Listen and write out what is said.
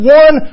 one